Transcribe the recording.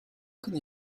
can